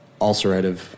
ulcerative